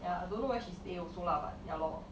ya I don't know where she stay also lah but ya lor